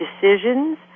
decisions